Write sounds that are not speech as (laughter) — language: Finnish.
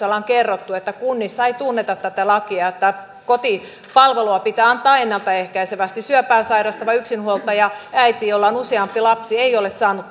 (unintelligible) ollaan kerrottu että kunnissa ei tunneta tätä lakia että kotipalvelua pitää antaa ennalta ehkäisevästi syöpää sairastava yksinhuoltajaäiti jolla on useampi lapsi ei ole saanut (unintelligible)